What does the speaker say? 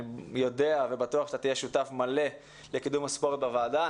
אני יודע ובטוח שתהיה שותף מלא לקידום הספורט בוועדה.